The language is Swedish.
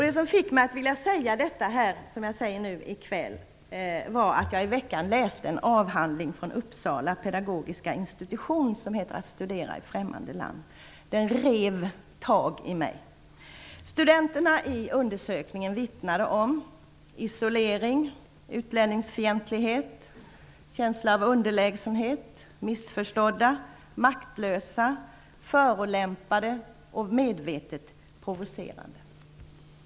Det som fick mig att vilja säga detta var att jag i veckan läste en avhandling från Uppsala pedagogiska institution som heter Att studera i främmande land. Den rev tag i mig. Studenterna i undersökningen vittnar om isolering, utlänningsfientlighet, känsla av underlägsenhet, missförstånd, maktlöshet, förolämpning och medvetet provocerande.